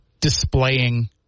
displaying